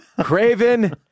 Craven